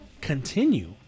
continue